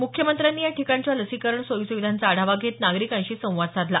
मुख्यमंत्र्यांनी या ठिकाणच्या लसीकरण सोयी सुविधांचा आढावा घेत नागरिकांशी संवाद साधला